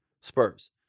Spurs